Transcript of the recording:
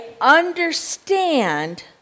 understand